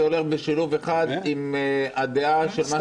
זה הולך בשילוב אחד עם הדעה של מה שרוצים המנהיגים החרדים.